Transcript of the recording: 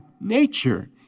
nature